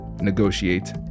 negotiate